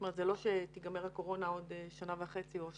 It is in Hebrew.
זה לא שתיגמר הקורונה בעוד שנה וחצי או שנה,